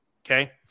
Okay